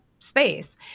space